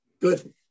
Good